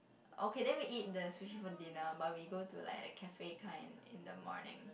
okay then we eat the sushi for dinner but we go to like like cafe kind in the morning